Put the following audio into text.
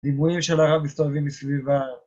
דיבורים של הרב מסתובבים מסביב ה...